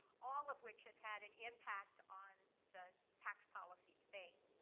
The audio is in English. all of which have had an impact on the tax policy debate.